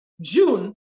June